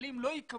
לעולים לא תהיה